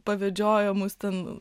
pavedžiojo mus ten